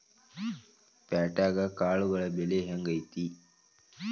ಪ್ಯಾಟ್ಯಾಗ್ ಕಾಳುಗಳ ಬೆಲೆ ಹೆಂಗ್ ಐತಿ?